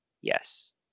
yes